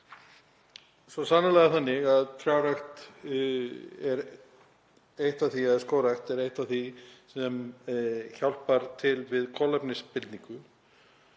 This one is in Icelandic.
svo sannarlega þannig að skógrækt er eitt af því sem hjálpar til við kolefnisbindingu.